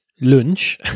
Lunch